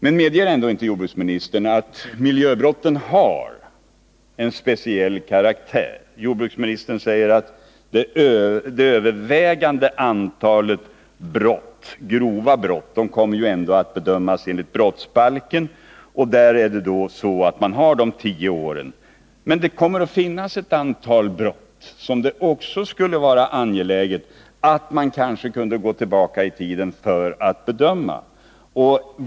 Men medger ändå inte jordbruksministern att miljöbrotten har en speciell karaktär? Jordbruksministern säger ju att det övervägande antalet grova miljöbrott ändå kommer att bedömas enligt brottsbalken, och där har man de tio åren som preskriptionstid. Men det kommer också att finnas ett antal andra brott som det kanske skulle vara angeläget att kunna gå tillbaka i tiden för att kunna bedöma.